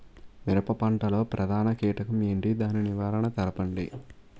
మిరప పంట లో ప్రధాన కీటకం ఏంటి? దాని నివారణ తెలపండి?